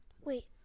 Wait